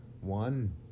one